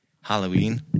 Halloween